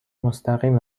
مستقیم